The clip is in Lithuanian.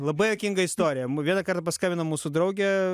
labai juokinga istorija vieną kartą paskambino mūsų draugė